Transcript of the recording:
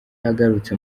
agarutse